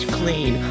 clean